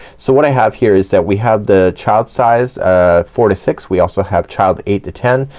so what i have here is that we have the child size ah four to six. we also have child eight to ten.